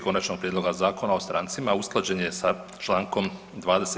Konačnog prijedloga Zakona o strancima usklađen je sa Člankom 20.